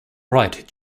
right